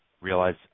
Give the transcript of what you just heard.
realize